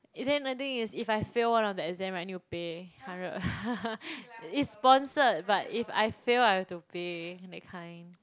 eh then the thing is if I fail one of the exam I need to pay hundred is sponsored but if I fail I'll have to pay that kind